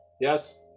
yes